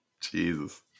Jesus